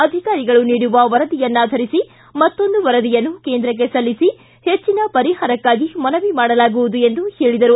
ಅಧಿಕಾರಿಗಳು ನೀಡುವ ವರದಿಯನ್ನಾಧರಿಸಿ ಮತ್ತೊಂದು ವರದಿಯನ್ನು ಕೇಂದ್ರಕ್ಷ ಸಲ್ಲಿಸಿ ಹೆಚ್ಚನ ಪರಿಹಾರಕ್ಕಾಗಿ ಮನವಿ ಮಾಡಲಾಗುವುದು ಎಂದು ಹೇಳಿದರು